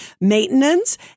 maintenance